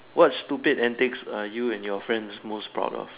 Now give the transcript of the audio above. what stupid antics are you and your friends most proud of